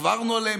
עברנו עליהם.